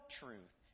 truth